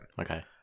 Okay